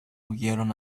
huyeron